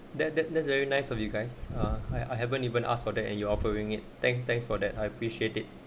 that that that's very nice of you guys are like I haven't even asked for the and you offering it thank thanks for that I appreciate it